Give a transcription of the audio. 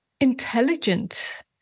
intelligent